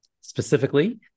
Specifically